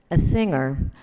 ah singer,